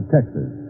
Texas